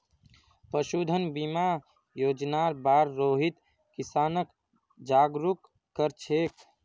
पशुधन बीमा योजनार बार रोहित किसानक जागरूक कर छेक